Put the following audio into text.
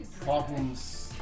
Problems